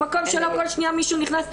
במקום שלא כל שנייה מישהו נכנס.